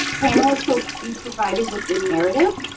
panelists will be provided with your narrative,